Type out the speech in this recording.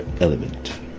element